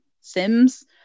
Sims